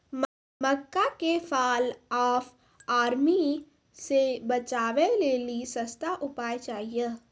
मक्का के fall of army से बचाबै लेली सस्ता उपाय चाहिए?